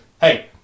Hey